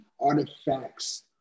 artifacts